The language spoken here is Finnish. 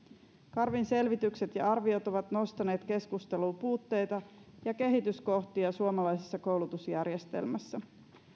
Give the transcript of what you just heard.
karvin selvitykset ja arviot ovat nostaneet keskusteluun puutteita ja kehityskohtia suomalaisessa koulutusjärjestelmässä